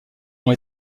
ont